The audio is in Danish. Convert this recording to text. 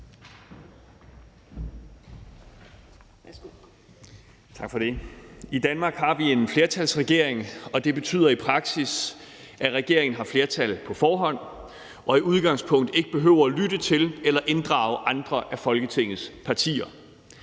I Danmark har vi en flertalsregering, og det betyder i praksis, at regeringen har flertal på forhånd og i udgangspunktet ikke behøver at lytte til eller inddrage andre af Folketingets partier.